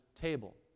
table